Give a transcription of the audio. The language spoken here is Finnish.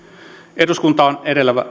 eduskunta on edellä